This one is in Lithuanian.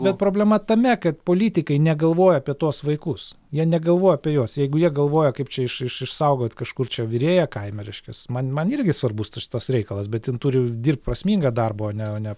bet problema tame kad politikai negalvoja apie tuos vaikus jie negalvoja apie juos jeigu jie galvoja kaip čia iš iš išsaugot kažkur čia virėją kaime reiškias man man irgi svarbus tas šitas reikalas bet jin turi dirbt prasmingą darbą o ne